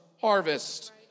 harvest